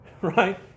right